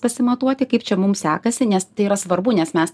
pasimatuoti kaip čia mums sekasi nes tai yra svarbu nes mes